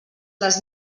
les